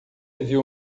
viu